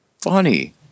Funny